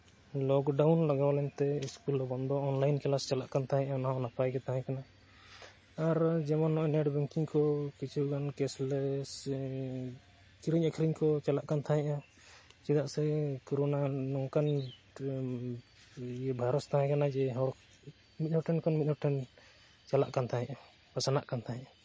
ᱞᱚᱠ down ᱞᱟᱜᱟᱣ ᱞᱮᱱᱛᱮ school ᱦᱚᱸ ᱵᱚᱱᱫᱚ ᱚᱱᱼᱞᱟᱭᱤᱱ ᱠᱞᱟᱥ ᱪᱟᱞᱟᱜ ᱠᱟᱱ ᱛᱟᱦᱮᱱᱟᱟ ᱚᱱᱟᱦᱚᱸ ᱱᱟᱯᱟᱭ ᱜᱮ ᱛᱟᱦᱮᱸ ᱠᱟᱱᱟ ᱟᱨ ᱱᱚᱜᱼᱚᱭ ᱡᱮᱢᱚᱱ ᱱᱮᱴ ᱵᱮᱝᱠᱤᱝ ᱠᱚ ᱠᱤᱪᱷᱩᱜᱟᱱ ᱠᱮᱥᱞᱮᱥ ᱠᱤᱨᱤᱧ ᱟᱹᱠᱷᱨᱤᱧ ᱠᱚ ᱪᱟᱞᱟᱜ ᱠᱟᱱ ᱛᱟᱦᱮᱱᱟ ᱪᱮᱫᱟᱜ ᱥᱮ ᱠᱚᱨᱳᱱᱟ ᱱᱚᱝᱠᱟᱱ ᱵᱷᱟᱭᱨᱟᱥ ᱛᱟᱦᱮᱸ ᱠᱟᱱᱟ ᱡᱮ ᱦᱚᱲ ᱢᱤᱫ ᱦᱚᱲ ᱴᱷᱮᱱ ᱠᱷᱚᱱ ᱢᱤᱫ ᱦᱚᱲ ᱴᱷᱮᱱ ᱪᱟᱞᱟᱜ ᱠᱟᱱ ᱛᱟᱦᱮᱱᱟ ᱯᱟᱥᱱᱟᱜ ᱠᱟᱱ ᱛᱟᱦᱮᱱᱟ